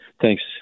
Thanks